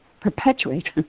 perpetuate